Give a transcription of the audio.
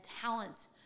talents